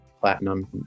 platinum